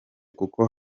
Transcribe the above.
kuko